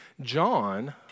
John